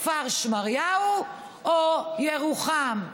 כפר שמריהו או ירוחם?